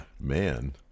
Man